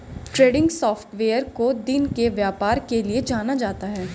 trending software को दिन के व्यापार के लिये जाना जाता है